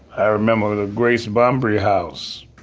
i remember the grace brumbry house.